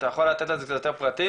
אתה יכול לתת לנו קצת יותר פרטים?